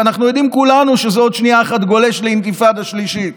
ואנחנו יודעים כולנו שעוד שנייה אחת זה גולש לאינתיפאדה שלישית,